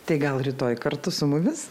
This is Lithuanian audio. tai gal rytoj kartu su mumis